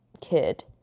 kid